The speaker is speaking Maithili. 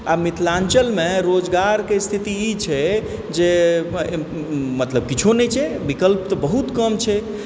आ मिथिलाञ्चलमे रोजगारके स्थिति ई छै जे मतलब किछो नहि छै विकल्प तऽ बहुत कम छै